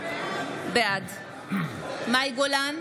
בעד מאי גולן,